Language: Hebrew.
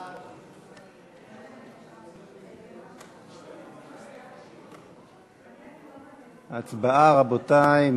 הצבעה, רבותי.